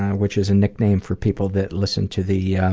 which is a nickname for people that listen to the yeah